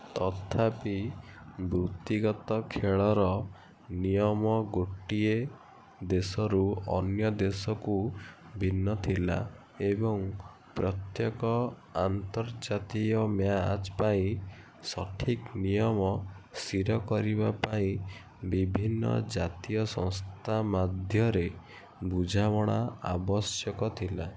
ତଥାପି ବୃତ୍ତିଗତ ଖେଳର ନିୟମ ଗୋଟିଏ ଦେଶରୁ ଅନ୍ୟ ଦେଶକୁ ଭିନ୍ନ ଥିଲା ଏବଂ ପ୍ରତ୍ୟେକ ଆନ୍ତର୍ଜାତୀୟ ମ୍ୟାଚ୍ ପାଇଁ ସଠିକ୍ ନିୟମ ସ୍ଥିର କରିବା ପାଇଁ ବିଭିନ୍ନ ଜାତୀୟ ସଂସ୍ଥା ମଧ୍ୟରେ ବୁଝାମଣା ଆବଶ୍ୟକ ଥିଲା